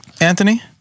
Anthony